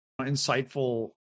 insightful